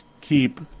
keep